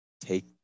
Take